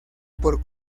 por